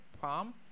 palm